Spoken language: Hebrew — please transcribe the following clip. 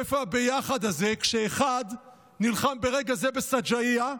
איפה הביחד הזה כשאחד נלחם ברגע זה בשג'אעיה,